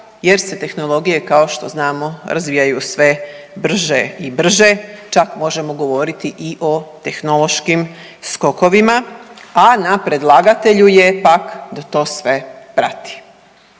jer se tehnologije kao što znamo razvijaju sve brže i brže. Čak možemo govoriti i o tehnološkim skokovima, a na predlagatelju je pak da to sve prati.